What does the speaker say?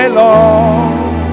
long